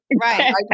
Right